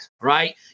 right